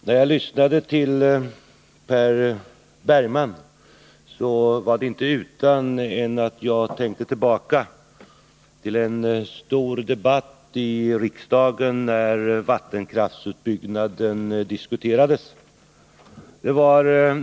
Herr talman! När jag hörde på Per Bergman tänkte jag tillbaka på en stor debatt i riksdagen där vattenkraftsutbyggnaden diskuterades.